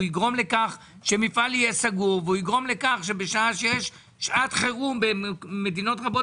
יגרום לכך שהמפעל יהיה סגור ולכך שבשעה שיש שעת חירום במדינות רבות